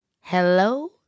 Hello